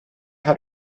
how